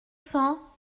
cents